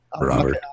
Robert